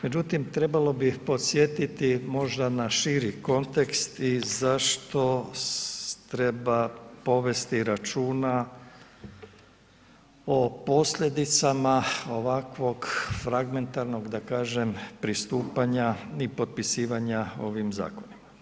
Međutim trebalo bi podsjetiti možda na širi kontekst i zašto treba povesti računa o posljedicama ovakvog fragmentarnog, da kažem pristupanja i potpisivanja ovim zakonima.